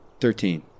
Thirteen